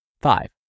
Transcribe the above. Five